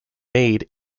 made